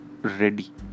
ready